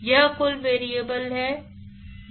वह कुल वेरिएबल है